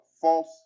false